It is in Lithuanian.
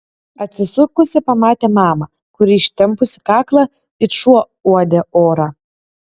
atsisukusi pamatė mamą kuri ištempusi kaklą it šuo uodė orą